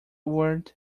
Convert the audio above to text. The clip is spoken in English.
word